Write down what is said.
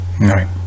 Right